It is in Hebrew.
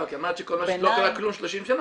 לא, כי אמרת שלא קרה כלום 30 שנה.